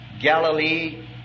Galilee